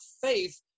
faith